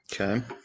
Okay